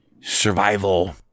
survival